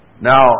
Now